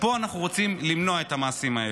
ופה אנחנו רוצים למנוע את המעשים האלה.